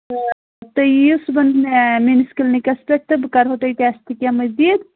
تہٕ تُہۍ یِیِو صُبحن میٛٲنِس کِلنِکَس پیٚٹھ تہٕ بہٕ کَرہو تۅہہِ ٹیٚسٹہٕ کیٚنٛہہ مزیٖد